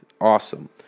Awesome